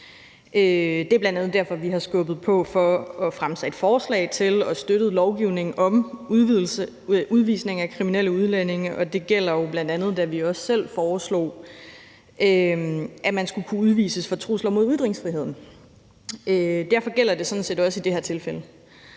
Det er bl.a. derfor, vi har skubbet på for at få fremsat forslag til og har støttet lovgivning om udvisning af kriminelle udlændinge, og det gælder jo bl.a. det, at vi også selv foreslog, at man skulle kunne udvises for trusler mod ytringsfriheden. Derfor gælder det jo sådan set også i det her tilfælde,